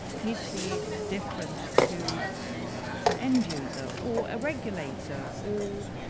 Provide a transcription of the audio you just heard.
needs to be different to perhaps an end user or a regulator or,